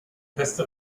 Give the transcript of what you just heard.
beste